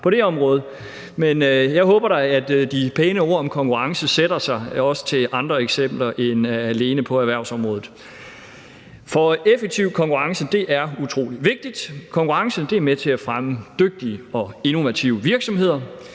Jeg håber da, at de pæne ord om konkurrencen sætter sig også i forhold til andre eksempler end alene på erhvervsområdet. En effektiv konkurrence er utrolig vigtig. Konkurrence er med til at fremme dygtige og innovative virksomheder.